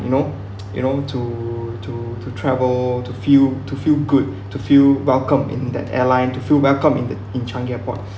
you know you know to to to travel to feel to feel good to feel welcome in that airline to feel welcome in the in changi airport